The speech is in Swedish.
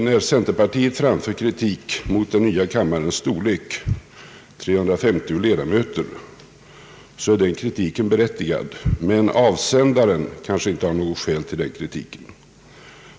När centerpartiet framför kritik mot den nya kammarens storlek, 350 ledamöter, är den kritiken berättigad, men avsändaren har kanske inte något skäl att framföra kritiken.